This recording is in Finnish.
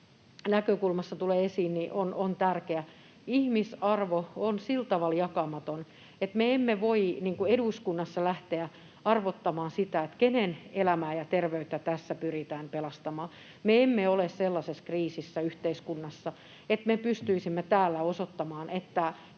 näkökulmassa tulee esiin, on tärkeä: Ihmisarvo on sillä tavalla jakamaton, että me emme voi eduskunnassa lähteä arvottamaan sitä, kenen elämää ja terveyttä tässä pyritään pelastamaan. Me emme ole sellaisessa kriisissä yhteiskunnassa, että me pystyisimme täällä osoittamaan, kenen